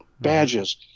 badges